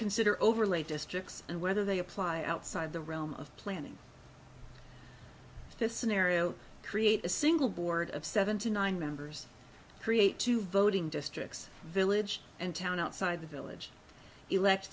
consider overlay districts and whether they apply outside the realm of planning this scenario create a single board of seventy nine members create two voting districts village and town outside the village elect